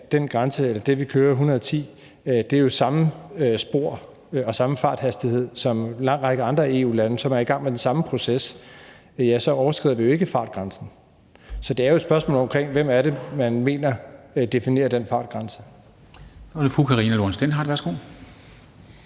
at den grænse er det, vi kører, nemlig 110 km/t., og at det er samme spor og den samme farthastighed som en lang række andre EU-lande, som er i gang med den samme proces, så overskrider vi jo ikke fartgrænsen. Så det er jo et spørgsmål om, hvem det er, man mener definerer den fartgrænse.